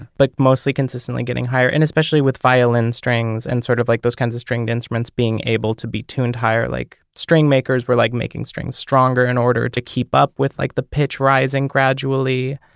but mostly consistently getting higher and especially with violin strings and sort of like those kinds of stringed instruments being able to be tuned higher. like string makers were like making strings stronger in order to keep up with like the pitch rising gradually.